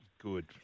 Good